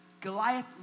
Goliath